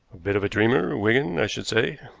a bit of a dreamer, wigan, i should say.